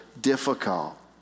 difficult